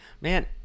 Man